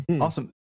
Awesome